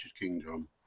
Kingdom